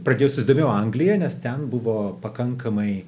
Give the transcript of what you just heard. pradėjau susidomėjau anglija nes ten buvo pakankamai